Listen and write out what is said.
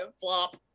flop